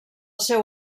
seu